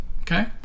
okay